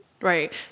Right